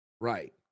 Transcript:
Right